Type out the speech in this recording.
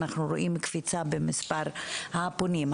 אנחנו רואים קפיצה במספר הפונים.